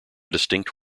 distinct